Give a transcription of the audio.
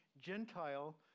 Gentile